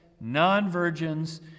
non-virgins